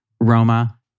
Roma